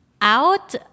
out